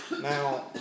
Now